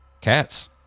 Cats